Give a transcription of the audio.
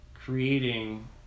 creating